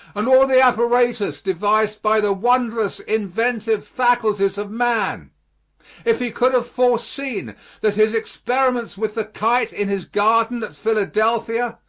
and all the apparatus devised by the wondrous inventive faculties of man if he could have foreseen that his experiments with the kite in his garden at philadelphia,